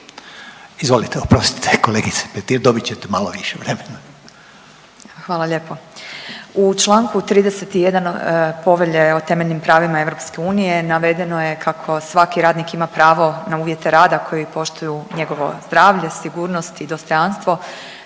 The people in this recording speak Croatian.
Izvolite, oprostite kolegice Petir dobit ćete malo više vremena/…. Hvala lijepo. U čl. 31. Povelje o temeljnim pravima EU navedeno je kako svaki radnik ima pravo na uvjete rada koji poštuju njegovo zdravlje, sigurnost i dostojanstvo,